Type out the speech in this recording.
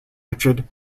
richard